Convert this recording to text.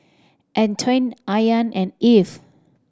Antoine Ayaan and Eve